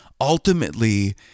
Ultimately